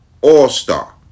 all-star